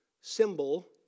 symbol